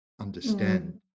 understand